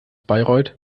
bayreuth